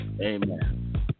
Amen